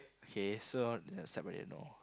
k so the stepbrother know